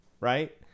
right